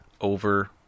over